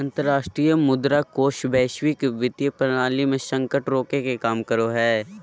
अंतरराष्ट्रीय मुद्रा कोष वैश्विक वित्तीय प्रणाली मे संकट रोके के काम करो हय